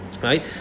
Right